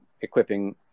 equipping